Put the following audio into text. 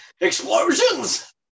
Explosions